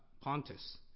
pontus